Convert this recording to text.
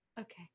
okay